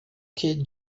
que